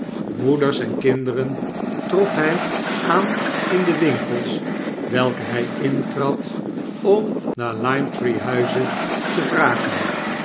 moeders en kinderen trof hii aan in de winkels welke hii intrad om naar limetree-huize te vragen